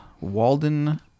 Walden